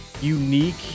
unique